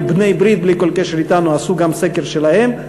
ו"בני ברית" בלי כל קשר עשו גם סקר שלהם: